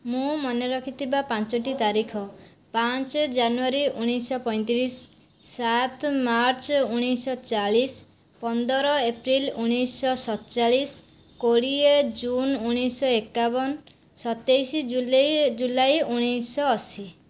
ମୁଁ ମନେ ରଖିଥିବା ପାଞ୍ଚଟି ତାରିଖ ପାଞ୍ଚ ଜାନୁଆରୀ ଉଣେଇଶ ଶହ ପଇଁତିରିଶ ସାତ ମାର୍ଚ୍ଚ ଉଣେଇଶ ଶହ ଚାଳିଶ ପନ୍ଦର ଏପ୍ରିଲ୍ ଉଣେଇଶ ଶହ ସତଚାଳିଶ କୋଡ଼ିଏ ଜୁନ୍ ଉଣେଇଶ ଶହ ଏକାବନ ସତେଇଶ ଜୁଲାଇ ଉଣେଇଶ ଶହ ଅଶି